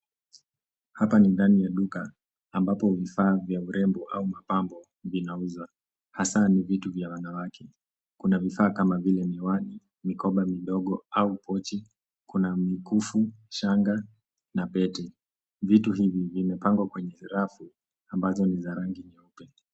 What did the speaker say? Hapa ni ndani ya duka ambapo vifaa vya urembo au mapambo vinauzwa. Hasa ni vitu vya wanawake. Kuna vifaa kama vile miwani, mikoba midogo au pochi, kuna mikufu, shanga na pete. Vitu hivi vimepangwa kwenye rafu ambazo ni za rangi nyeupe.